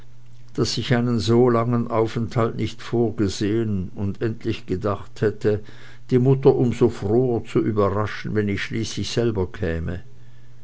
daß ich einen so langen aufenthalt nicht vorhergesehen und endlich gedacht hätte die mutter um so froher zu überraschen wenn ich schließlich selber käme